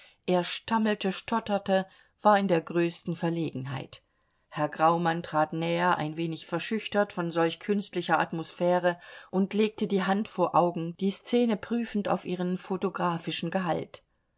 er stammelte stotterte war in der größten verlegenheit herr graumann trat näher ein wenig verschüchtert von solch künstlicher atmosphäre und legte die hand vor die augen die szene prüfend auf ihren photographischen gehalt